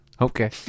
Okay